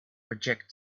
reject